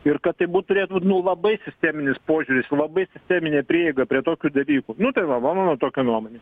ir kad tai būt turėtų labai sisteminis požiūris labai sisteminė prieiga prie tokių dalykų jokio lavono tokio nuomai